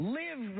live